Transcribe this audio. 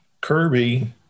Kirby